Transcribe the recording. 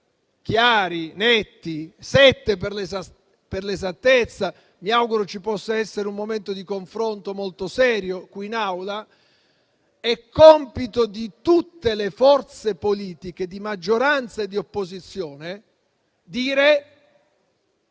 chiari e netti (sette per l'esattezza), mi auguro ci possa essere un momento di confronto molto serio qui in Aula; è compito di tutte le forze politiche, di maggioranza e di opposizione, dire: